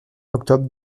octobre